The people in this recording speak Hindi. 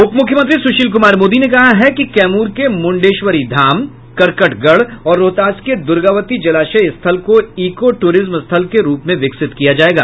उप मुख्यमंत्री सूशील कुमार मोदी ने कहा है कि कैमूर के मुण्डेश्वरी धाम करकटगढ़ और रोहतास के दुर्गावती जलाशय स्थल को इको टूरिज्म स्थल के रूप में विकसित किया जायेगा